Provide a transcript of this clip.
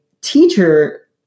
teacher